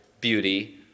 beauty